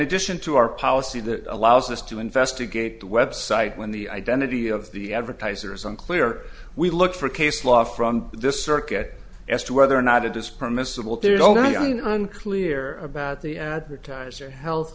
addition to our policy that allows us to investigate website when the identity of the advertisers unclear we look for case law from this circuit as to whether or not it is permissible there's only unclear about the advertiser health